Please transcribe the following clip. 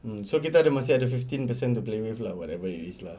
mm so kita masih ada fifteen percent to blame with lah whatever it is lah